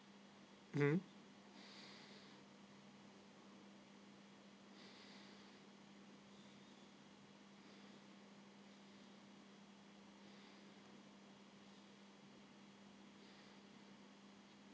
mm